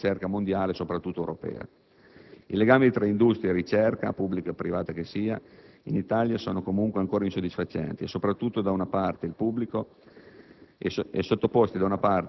con, da non dimenticare, la realtà della ricerca mondiale, soprattutto europea. I legami tra industria e ricerca (pubblica o privata che sia) in Italia sono comunque ancora insoddisfacenti, sottoposti da una parte (il pubblico)